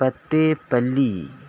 پتّے پلّی